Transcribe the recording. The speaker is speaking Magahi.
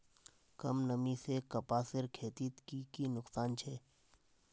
कम नमी से कपासेर खेतीत की की नुकसान छे?